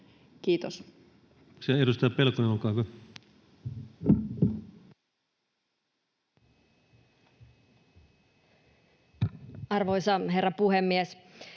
Kiitos.